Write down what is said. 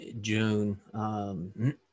June